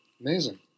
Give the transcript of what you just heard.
Amazing